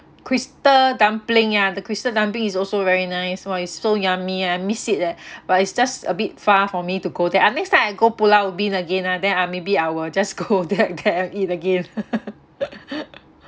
crystal dumpling ah the crystal dumping is also very nice !wah! is so yummy I miss it leh but it's just a bit far for me to go there ah next time I go pulau ubin again ah then I maybe I will just go there there and eat again